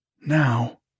now